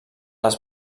les